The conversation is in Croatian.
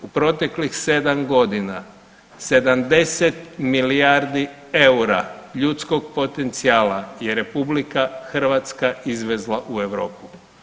U proteklih godina 70 milijardi eura ljudskog potencijala je RH izvezla u Europu.